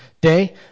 day